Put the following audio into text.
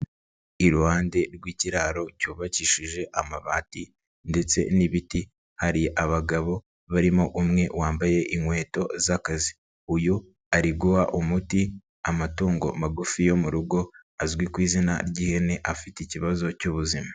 Iruhande rw'ikiraro cyubakishije amabati ndetse n'ibiti hari abagabo barimo umwe wambaye inkweto z'akazi, uyu ari guha umuti amatungo magufi yo mu rugo azwi ku izina ry'ihene afite ikibazo cy'ubuzima.